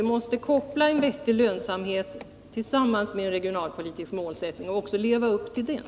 Vi måste alltså koppla samman frågan om lönsamheten med de regionalpolitiska målen och försöka leva upp till dem.